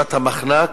ותחושת המחנק,